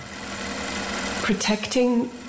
Protecting